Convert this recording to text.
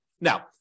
Now